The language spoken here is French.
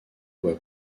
voie